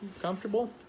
comfortable